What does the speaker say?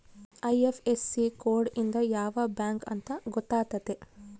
IFSC code ಇಂದ ಯಾವ bank ಅಂತ ಗೊತ್ತಾತತೆ